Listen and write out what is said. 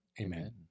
Amen